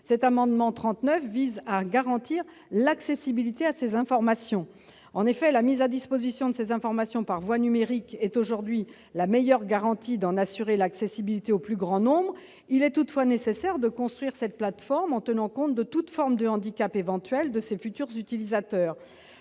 professionnelle. Il vise à garantir l'accessibilité de ces informations au plus grand nombre. Si la mise à disposition de ces informations par voie numérique est aujourd'hui la meilleure garantie d'assurer cette accessibilité au plus grand nombre, il est toutefois nécessaire de construire cette plateforme en tenant compte de toute forme de handicap éventuel des futurs utilisateurs